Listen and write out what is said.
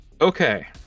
Okay